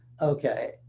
Okay